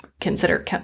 consider